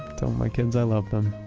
tell my kids, i love them.